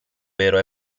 vero